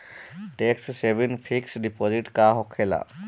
Tax saving fix deposit का होखे ला?